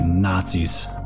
nazis